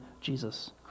Jesus